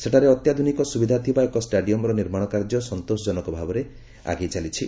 ସେଠାରେ ଅତ୍ୟାଧୁନିକ ସୁବିଧା ଥିବା ଏକ ଷ୍ଟାଡିୟମ୍ର ନିର୍ମାଣ କାର୍ଯ୍ୟ ସନ୍ତୋଷ ଜନକ ଭାବରେ ଆଗେଇ ଚାଲିଛି